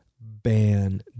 Ban